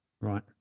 Right